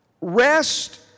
rest